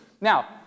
now